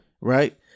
Right